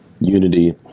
unity